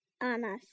Anna